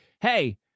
hey